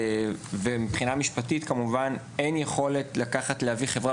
ומבחינה משפטית כמובן אין יכולת להביא חברת